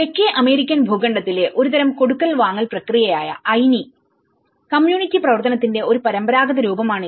തെക്കേ അമേരിക്കൻ ഭൂഖണ്ഡത്തിലെ ഒരുതരം കൊടുക്കൽ വാങ്ങൽ പ്രക്രിയയായ അയ്നികമ്മ്യൂണിറ്റിപ്രവർത്തനത്തിന്റെ ഒരു പരമ്പരാഗത രൂപമാണിത്